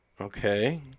Okay